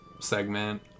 segment